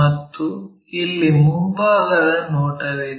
ಮತ್ತು ಇಲ್ಲಿ ಮುಂಭಾಗದ ನೋಟವಿದೆ